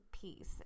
piece